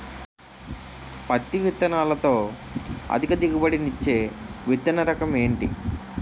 పత్తి విత్తనాలతో అధిక దిగుబడి నిచ్చే విత్తన రకం ఏంటి?